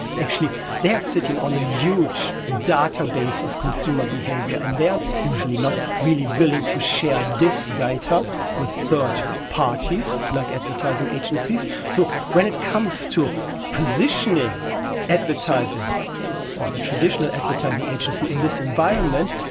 actually they are sitting on a huge database of consumer behaviour and they are usually not really willing to share this data with third parties, like advertising agencies. so when it comes to positioning advertising or the traditional advertising agency in this environment,